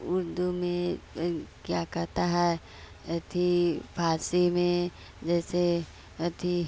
उर्दू में क्या कहते हैं अथी फ़ारसी में जैसे अथी